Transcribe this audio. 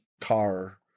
car